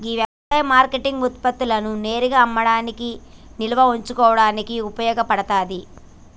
గీ యవసాయ మార్కేటింగ్ ఉత్పత్తులను నేరుగా అమ్మడానికి నిల్వ ఉంచుకోడానికి ఉపయోగ పడతాది